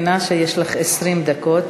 גברתי, אני מבינה שיש לך 20 דקות.